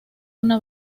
una